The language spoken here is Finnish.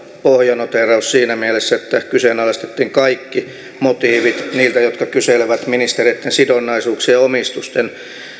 pohjanoteeraus siinä mielessä että kyseenalaistettiin kaikki motiivit niiltä jotka kyselevät ministereitten sidonnaisuuksien ja omistusten